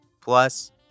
Plus